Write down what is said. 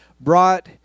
brought